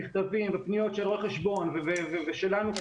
מכתבים ופניות של רואה חשבון ושלנו.